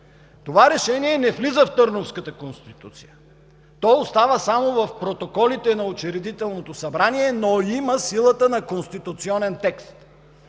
Това Решение не влиза в Търновската конституция. То остава само в протоколите на Учредителното събрание, но има силата на конституционен текст.